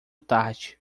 tarde